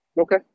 okay